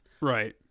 Right